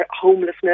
homelessness